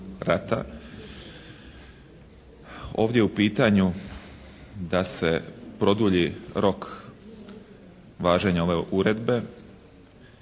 Ovdje u pitanju da se produlji rok važenja ove uredbe,